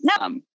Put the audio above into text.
no